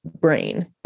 brain